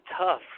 tough